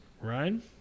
Ryan